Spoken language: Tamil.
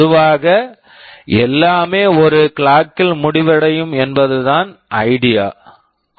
பொதுவாக எல்லாமே ஒரே கிளாக் clock ல் முடிவடையும் என்பதுதான் ஐடியா idea